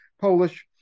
Polish